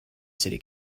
city